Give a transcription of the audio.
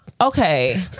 Okay